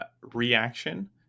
reaction